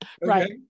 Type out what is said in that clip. Right